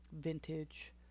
vintage